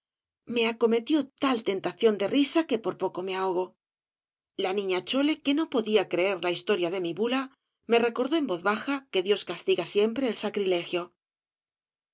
me acometió tal tentación de risa que por poco meahogo la niña chole que no podía creerla historia de mi bula me recordó en voz baja que dios castiga siempre el sacrilegio